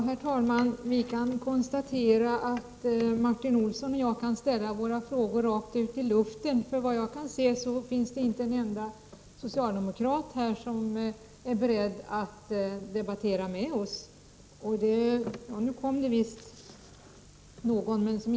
Herr talman! Martin Olsson och jag får ställa våra frågor så att säga rakt ut i luften. Såvitt jag kan se finns det nämligen inte en enda socialdemokrat här som är beredd att debattera med oss — jo, nu kommer visst någon.